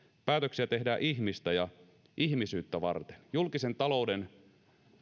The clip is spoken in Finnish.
päätöksiä tehdään ihmistä ja ihmisyyttä varten julkisen talouden